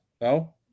No